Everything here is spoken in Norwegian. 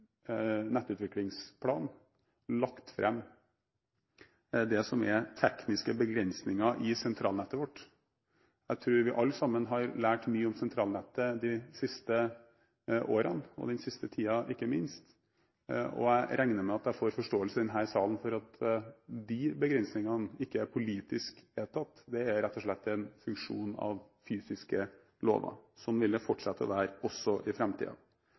lagt fram det som er tekniske begrensninger i sentralnettet vårt. Jeg tror vi alle sammen har lært mye om sentralnettet de siste årene, den siste tiden ikke minst, og jeg regner med at jeg får forståelse i denne salen for at de begrensningene ikke er politisk vedtatt. Det er rett og slett en funksjon av fysiske lover. Sånn vil det fortsette å være også i